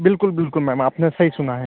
बिल्कुल बिल्कुल मैम आपने सही सुना है